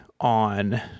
on